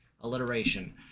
Alliteration